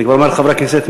אני כבר אומר לחברי הכנסת,